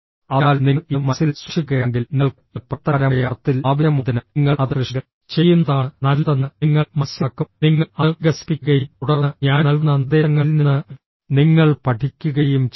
അതിനാൽ നിങ്ങൾ ഇത് മനസ്സിൽ സൂക്ഷിക്കുകയാണെങ്കിൽ നിങ്ങൾക്ക് ഇത് പ്രവർത്തനപരമായ അർത്ഥത്തിൽ ആവശ്യമുള്ളതിനാൽ നിങ്ങൾ അത് കൃഷി ചെയ്യുന്നതാണ് നല്ലതെന്ന് നിങ്ങൾ മനസ്സിലാക്കും നിങ്ങൾ അത് വികസിപ്പിക്കുകയും തുടർന്ന് ഞാൻ നൽകുന്ന നിർദ്ദേശങ്ങളിൽ നിന്ന് നിങ്ങൾ പഠിക്കുകയും ചെയ്യും